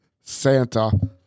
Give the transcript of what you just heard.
Santa